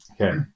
Okay